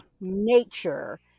nature